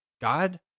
God